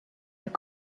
your